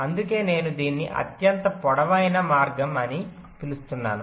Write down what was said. అందుకే నేను దీన్ని అత్యంత పొడవైన మార్గం అని పిలుస్తున్నాను